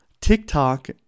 TikTok